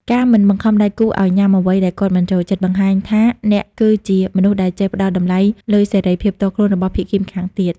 ការមិនបង្ខំដៃគូឱ្យញ៉ាំអ្វីដែលគាត់មិនចូលចិត្ត បង្ហាញថាអ្នកគឺជាមនុស្សដែលចេះផ្ដល់តម្លៃលើសេរីភាពផ្ទាល់ខ្លួនរបស់ភាគីម្ខាងទៀត។